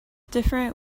different